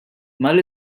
mal